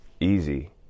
easy